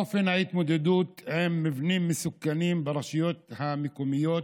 אופן ההתמודדות עם מבנים מסוכנים ברשויות המקומיות